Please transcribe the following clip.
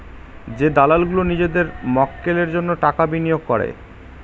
যে দালাল গুলো নিজেদের মক্কেলের জন্য টাকা বিনিয়োগ করে